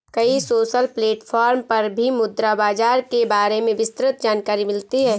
कई social platform पर भी मुद्रा बाजार के बारे में विस्तृत जानकरी मिलती है